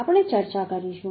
આપણે ચર્ચા કરીશું